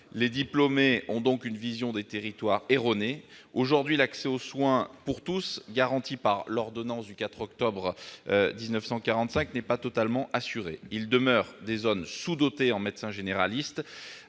Les diplômés ont donc une vision erronée des territoires. L'accès aux soins pour tous, garanti par l'ordonnance du 4 octobre 1945, n'est aujourd'hui pas totalement assuré ; il demeure des zones sous-dotées en médecins généralistes,